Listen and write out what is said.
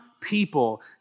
people